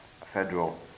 federal